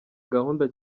gahunda